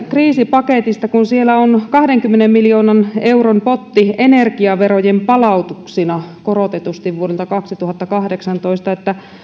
kriisipaketista kun siellä on kahdenkymmenen miljoonan euron potti energiaverojen palautuksina korotetusti vuodelta kaksituhattakahdeksantoista